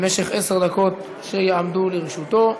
במשך עשר דקות שיעמדו לרשותו.